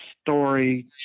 story